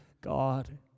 God